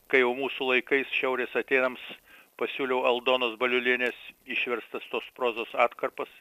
kai jau mūsų laikais šiaurės atėnams pasiūliau aldonos baliulienės išverstas tos prozos atkarpas